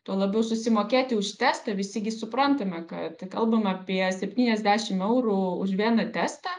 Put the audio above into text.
tuo labiau susimokėti už testą visi gi suprantame kad kalbame apie septyniasdešimt eurų už vieną testą